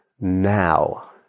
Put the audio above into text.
now